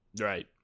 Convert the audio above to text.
right